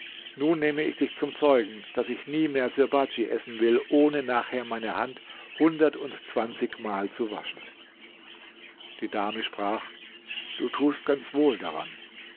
nun nehme ich dich zum zeugen daß ich nie mehr sirbadj essen will ohne nachher meine hand hundertundzwanzigmal zu waschen die dame sprach du tust ganz wohl daran